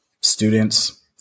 students